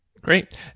Great